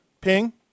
ping